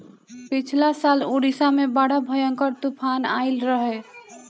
पिछला साल उड़ीसा में बड़ा भयंकर तूफान आईल रहे